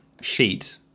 sheet